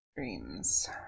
Dreams